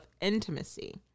intimacy